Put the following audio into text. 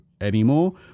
anymore